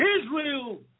Israel